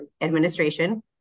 administration